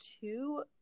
two